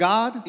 God